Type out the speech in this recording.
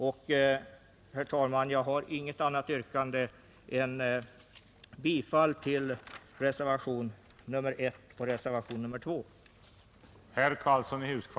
Herr talman! Jag yrkar bifall till reservationen 1 och reservationen 2.